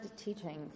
teaching